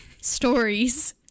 stories